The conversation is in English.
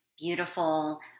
Beautiful